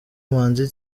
manzi